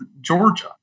Georgia